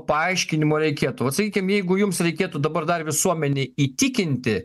paaiškinimo reikėtų vat sakykim jeigu jums reikėtų dabar dar visuomenei įtikinti